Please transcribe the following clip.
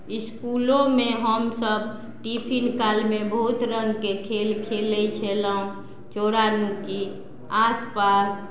इसकुलोमे हमसब टिफिन कालमे बहुत रङ्गके खेल खेलय छलहुँ चौरानुकी आसपास